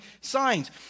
signs